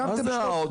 מה זה עודף?